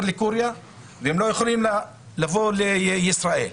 לקוריאה והם לא יכולים לבוא לישראל.